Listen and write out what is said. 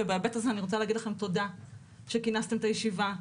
והיבט הזה אני רוצה להגיד לכם תודה שכינסתם את הישיבה.